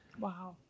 Wow